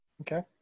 Okay